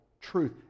Truth